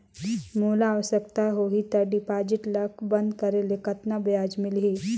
मोला आवश्यकता होही त डिपॉजिट ल बंद करे ले कतना ब्याज मिलही?